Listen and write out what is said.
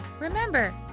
Remember